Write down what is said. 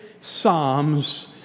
psalms